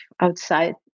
outside